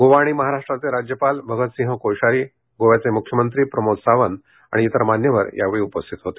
गोवा आणि महाराष्ट्राचे राज्यपाल भगतसिंग कोश्यारी गोव्याचे मुख्यमंत्री प्रमोद सावंत आणि इतर मान्यवर यावेळी उपस्थित होते